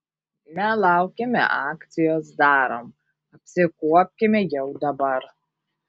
nelaukime akcijos darom apsikuopkime jau dabar